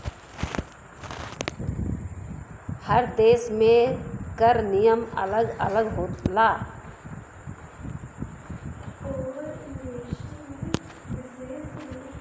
हर देस में कर नियम अलग अलग होला